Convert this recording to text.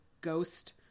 ghost